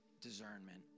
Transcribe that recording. discernment